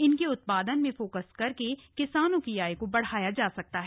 इनके उत्पादन में फोकस करके किसानों की आय को बढ़ाया जा सकता है